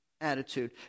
attitude